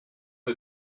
des